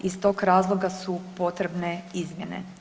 Iz tog razloga su potrebne izmjene.